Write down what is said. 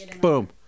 Boom